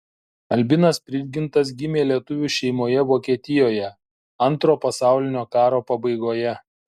albinas prižgintas gimė lietuvių šeimoje vokietijoje antro pasaulinio karo pabaigoje